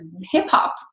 hip-hop